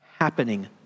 happening